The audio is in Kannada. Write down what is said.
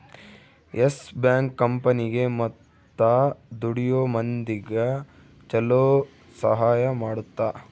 ಎಸ್ ಬ್ಯಾಂಕ್ ಕಂಪನಿಗೇ ಮತ್ತ ದುಡಿಯೋ ಮಂದಿಗ ಚೊಲೊ ಸಹಾಯ ಮಾಡುತ್ತ